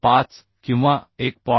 5 किंवा 1